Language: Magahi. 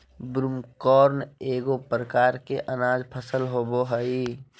ब्रूमकॉर्न एगो प्रकार के अनाज फसल होबो हइ